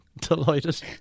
delighted